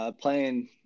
playing